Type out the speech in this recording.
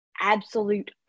absolute